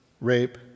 rape